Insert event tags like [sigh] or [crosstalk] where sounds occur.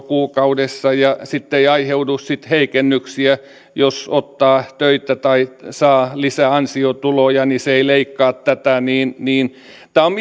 [unintelligible] kuukaudessa ja että sitten ei aiheudu heikennyksiä jos ottaa töitä tai jos saa lisäansiotuloja niin se ei leikkaa tätä on [unintelligible]